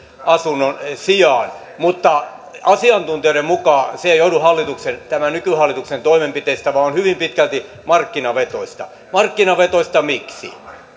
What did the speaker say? asunnon sijaan mutta asiantuntijoiden mukaan se ei johdu tämän nykyhallituksen toimenpiteistä vaan on hyvin pitkälti markkinavetoista markkinavetoista miksi